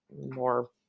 more